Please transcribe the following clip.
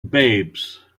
babes